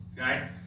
Okay